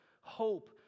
hope